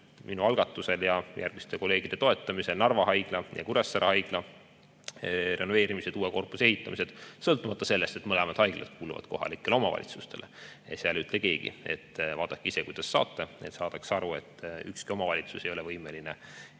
[ministrina] ja järgmiste kolleegide toetamisel käsil Narva Haigla ja Kuressaare Haigla renoveerimised ja uue korpuse ehitamised, sõltumata sellest, et mõlemad haiglad kuuluvad kohalikule omavalitsusele. Seal ei ütle keegi, et vaadake ise, kuidas saate, vaid saadakse aru, et ükski omavalitsus ei ole võimeline